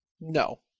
No